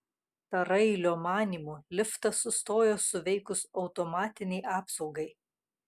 tarailio manymu liftas sustojo suveikus automatinei apsaugai